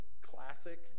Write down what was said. classic